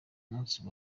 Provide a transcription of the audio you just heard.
munsi